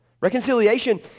Reconciliation